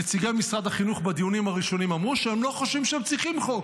נציגי משרד החינוך בדיונים הראשונים אמרו שהם לא חושבים שהם צריכים חוק,